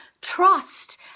trust